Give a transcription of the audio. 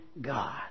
God